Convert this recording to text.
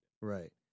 Right